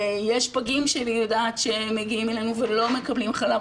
יש פגים שאני יודעת שהם מגיעים אלינו ולא מקבלים חלב,